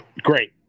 Great